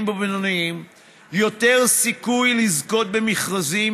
ובינוניים יותר סיכוי לזכות במכרזים,